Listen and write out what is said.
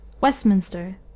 Westminster